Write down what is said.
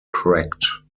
cracked